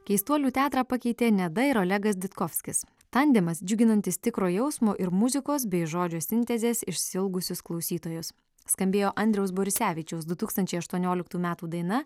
keistuolių teatrą pakeitė neda ir olegas ditkovskis tandemas džiuginantis tikro jausmo ir muzikos bei žodžio sintezės išsiilgusius klausytojus skambėjo andriaus borisevičiaus du tūkstančiai aštuonioliktų metų daina